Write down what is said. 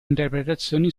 interpretazioni